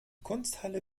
kunsthalle